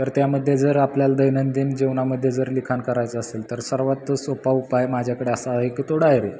तर त्यामध्ये जर आपल्याला दैनंदिन जीवनामध्ये जर लिखाण करायचं असेल तर सर्वात सोपा उपाय माझ्याकडे असा आहे की तो डायरी